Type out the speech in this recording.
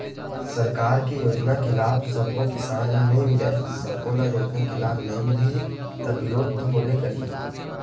सरकार के योजना के लाभ सब्बे किसान ल नइ मिलय, सब्बो ल योजना के लाभ नइ मिलही त बिरोध तो होबे करही